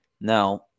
Now